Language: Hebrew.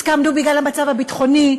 הסכמנו בגלל המצב הביטחוני,